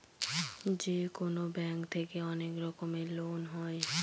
যেকোনো ব্যাঙ্ক থেকে অনেক রকমের লোন হয়